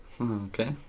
Okay